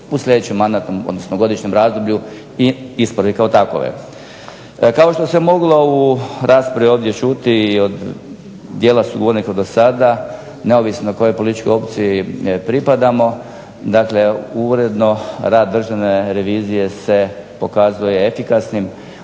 u sljedećem godišnjem razdoblju i isprave kao takove. Kao što se moglo u raspravi ovdje čuti i od djela sugovornika do sada neovisno koje političkoj opciji pripadamo, dakle uredno rad Državne revizije se pokazuje efikasnim,